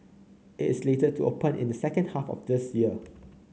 it is slated to open in the second half of this year